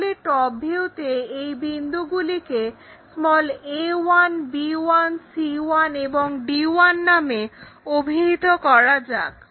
তাহলে টপ ভিউতে এই বিন্দুগুলিকে a1 b1 c1 এবং d1 নামে অভিহিত করা যাক